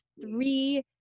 three